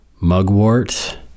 mugwort